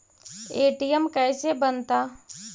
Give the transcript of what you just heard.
ATM कैसे बनता?